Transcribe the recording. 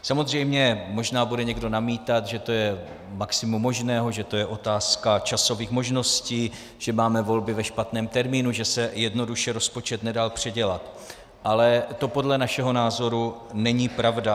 Samozřejmě, možná bude někdo namítat, že to je maximum možného, že to je otázka časových možností, že máme volby ve špatném termínu, že se jednoduše rozpočet nedal předělat, ale to podle našeho názoru není pravda.